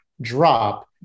drop